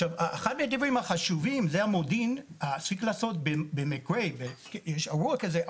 אחד מהדברים החשובים זה המודיעין שצריך לעשות במקרה ויש אירוע כזה,